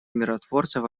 миротворцев